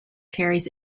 carries